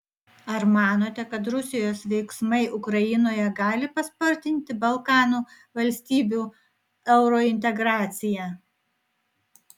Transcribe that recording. ar manote kad rusijos veiksmai ukrainoje gali paspartinti balkanų valstybių eurointegraciją